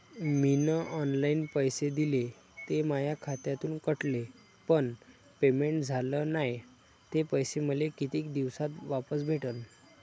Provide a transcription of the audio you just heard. मीन online पैसे दिले, ते माया खात्यातून कटले, पण पेमेंट झाल नायं, ते पैसे मले कितीक दिवसात वापस भेटन?